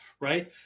right